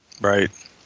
Right